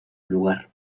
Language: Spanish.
lugar